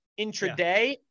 intraday